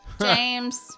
James